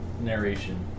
Narration